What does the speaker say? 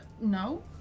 No